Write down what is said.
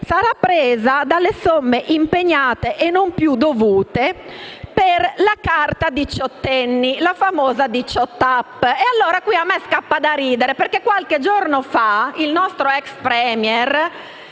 sarà presa dalle somme impegnate e non più dovute per la carta diciottenni, la famosa 18App. Qui mi scappa da ridere perché, qualche giorno fa, il nostro ex *Premier*,